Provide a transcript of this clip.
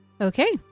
Okay